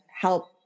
help